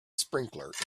sprinkler